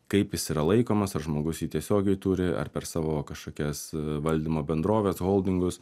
kaip jis yra laikomas ar žmogus jį tiesiogiai turi ar per savo kažkokias valdymo bendroves holdingus